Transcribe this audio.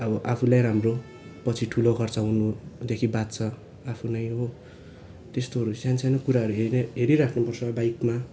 अब आफूलाई राम्रो पछि ठुलो खर्च हुनुदेखि बाँच्छ आफू नै हो त्यस्तोहरू सानसानो कुराहरू हेरी हेरिराख्नुपर्छ बाइकमा